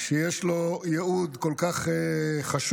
שיש לו ייעוד כל כך חשוב.